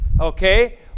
okay